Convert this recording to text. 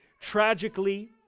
Tragically